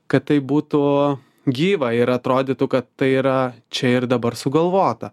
kad tai būtų gyva ir atrodytų kad tai yra čia ir dabar sugalvota